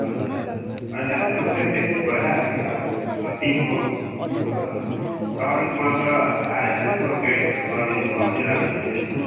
हजुर हजुर अहिले हाम्रो प्र्याक्टिस भइरहेको छ कि सर टिमको सर एकपल्ट आएर यसो गाइडहरू गरिदिनु भयो भने राम्रो हुन्थ्यो नि सर